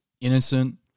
innocent